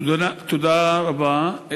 תודה רבה.